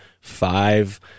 five